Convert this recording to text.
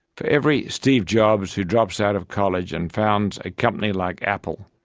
for every steve jobs who drops out of college and founds a company like apple,